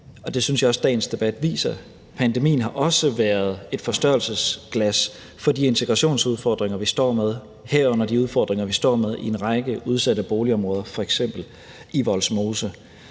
og det synes jeg også at dagens debat viser – at pandemien også har været et forstørrelsesglas for de integrationsudfordringer, som vi står med, herunder de udfordringer, som vi står med i en række udsatte boligområder, f.eks. i Vollsmose.